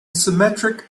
symmetric